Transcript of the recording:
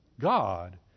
God